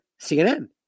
CNN